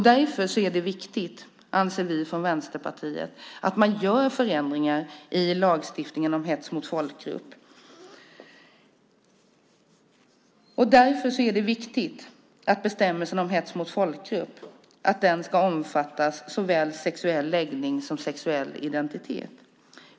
Därför är det viktigt, anser vi från Vänsterpartiet, att man gör förändringar i lagstiftningen om hets mot folkgrupp så att den omfattar såväl sexuell läggning som sexuell identitet.